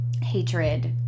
hatred